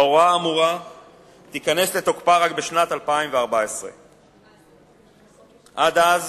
ההוראה האמורה תיכנס לתוקפה רק בשנת 2014. עד אז